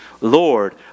Lord